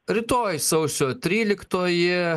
rytoj sausio tryliktoji